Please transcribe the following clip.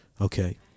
okay